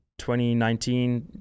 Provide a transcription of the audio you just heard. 2019